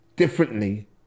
differently